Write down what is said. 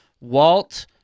Walt